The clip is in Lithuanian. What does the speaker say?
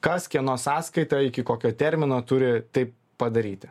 kas kieno sąskaita iki kokio termino turi tai padaryti